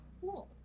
Cool